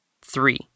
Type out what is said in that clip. Three